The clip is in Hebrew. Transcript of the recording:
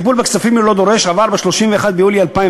הטיפול בכספים ללא דורש עבר ב-31 ביולי 2001